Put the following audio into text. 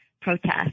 protest